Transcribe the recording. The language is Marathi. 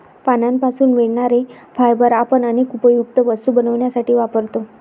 पानांपासून मिळणारे फायबर आपण अनेक उपयुक्त वस्तू बनवण्यासाठी वापरतो